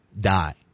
die